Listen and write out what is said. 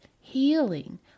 healing